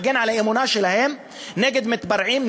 מגן על האמונה שלהם מפני מתפרעים,